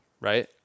Right